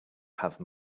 have